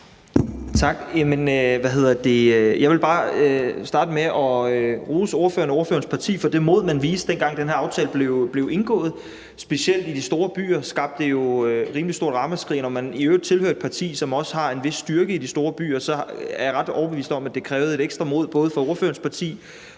Tak. Jeg vil bare starte med at rose ordføreren og ordførerens parti for det mod, man viste, dengang den her aftale blev indgået. Specielt i de store byer skabte det jo et rimelig stort ramaskrig, og når man i øvrigt tilhører et parti, som også har en vis styrke i de store byer, så er jeg ret overbevist om, at det krævede et ekstra mod, både fra ordførerens parti